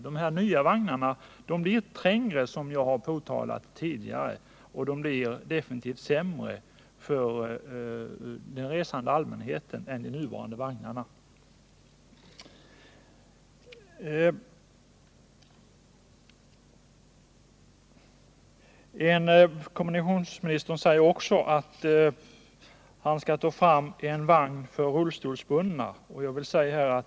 De nya vagnarna blir trängre och definitivt sämre för den resande allmänheten än de nuvarande vagnarna är. Kommunikationsministern säger också att han skall ta fram en personvagn för rullstolsbundna.